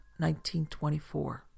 1924